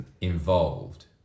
involved